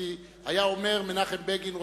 היה אומר מנחם בגין,